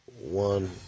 one